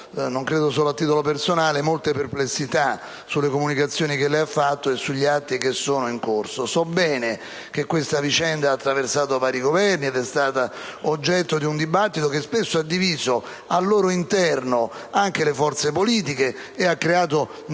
non credo solo a titolo personale - molte perplessità sulle comunicazioni che lei ha fatto e sugli atti che sono in corso. So bene che questa vicenda ha attraversato vari Governi ed è stata oggetto di un dibattito che spesso ha diviso al loro interno anche le forze politiche, creando nei